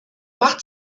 macht